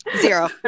zero